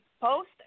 post